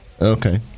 Okay